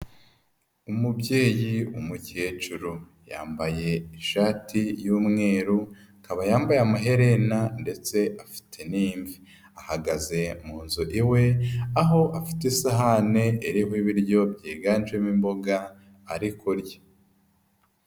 Umubyeyi w'umukecuru yambaye ishati y'umweru, akaba yambaye amaherena ndetse afite n'imvi, ahagaze mu nzu iwe, aho afite isahane iriho ibiryo byiganjemo imboga ari kurya.